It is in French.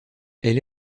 elle